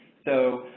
so,